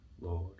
Lord